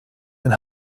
and